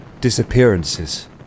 Disappearances